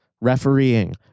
refereeing